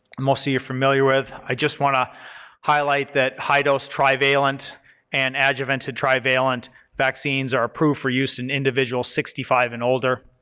most of you are familiar with. i just want to highlight that high dose trivalent and adjuvanted trivalent vaccines are approved for use in individuals sixty five and older.